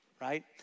right